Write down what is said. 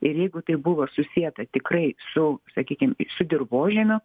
ir jeigu tai buvo susieta tikrai su sakykim su dirvožemiu